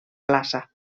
plaça